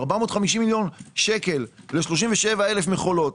450 מיליון שקל ל-37,000 מכולות,